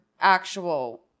actual